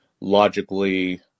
logically